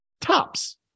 Tops